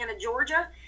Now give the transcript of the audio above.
Georgia